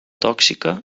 tòxica